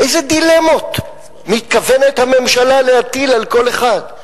איזה דילמות מתכוונת הממשלה להטיל על כל אחד,